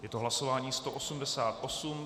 Je to hlasování 188.